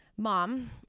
Mom